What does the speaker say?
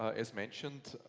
as mentioned,